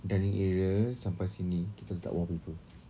dining area sampai sini kita letak wallpaper